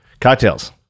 Cocktails